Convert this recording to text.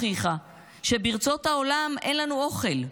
הן הוכיחו שברצות העולם, אין לנו אוכל.